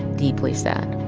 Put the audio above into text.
deeply sad